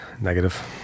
Negative